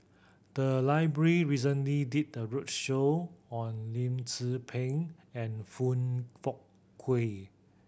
the library recently did a roadshow on Lim Tze Peng and Foong Fook Kay